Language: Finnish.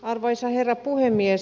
arvoisa herra puhemies